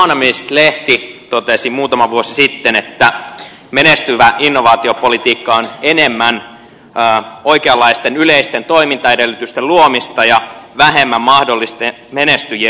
the economist lehti totesi muutama vuosi sitten että menestyvä innovaatiopolitiikka on enemmän oikeanlaisten yleisten toimintaedellytysten luomista ja vähemmän mahdollisten menestyjien valintaa